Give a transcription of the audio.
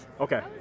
Okay